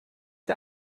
der